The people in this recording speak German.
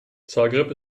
zagreb